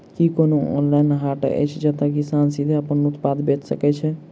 की कोनो ऑनलाइन हाट अछि जतह किसान सीधे अप्पन उत्पाद बेचि सके छै?